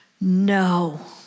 no